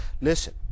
listen